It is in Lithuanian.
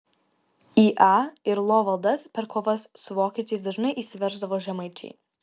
į a ir lo valdas per kovas su vokiečiais dažnai įsiverždavo žemaičiai